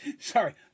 sorry